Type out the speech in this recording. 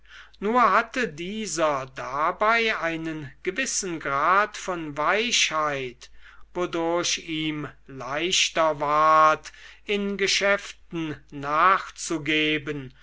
nur hatte dieser dabei einen gewissen grad von weichheit wodurch ihm leichter ward in geschäften nachzugeben